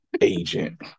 Agent